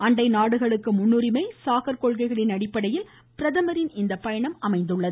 அண்டை நாடுகளுக்கு முன்னுரிமை சாகர் கொள்கைகளின் அடிப்படையில் பிரதமரின் இந்த பயணம் அமைகிறது